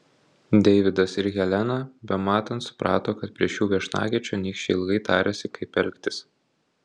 deividas ir helena bematant suprato kad prieš jų viešnagę čionykščiai ilgai tarėsi kaip elgtis